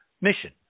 mission